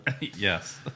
Yes